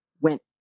went